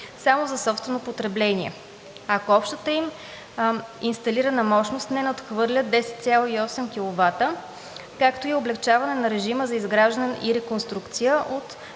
само за собствено потребление, ако общата им инсталирана мощност не надхвърля 10,8 kW, както и облекчаване на режима за изграждане и реконструкция от